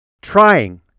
trying